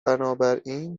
بنابراین